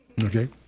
Okay